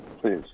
please